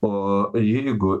o jeigu